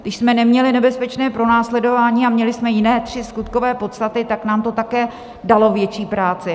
Když jsme neměli nebezpečné pronásledování a měli jsme jiné tři skutkové podstaty, tak nám to také dalo větší práci.